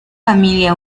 familia